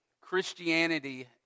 Christianity